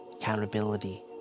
Accountability